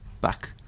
back